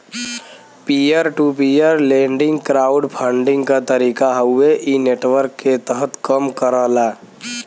peer to peer lending crowd funding क तरीका हउवे इ नेटवर्क के तहत कम करला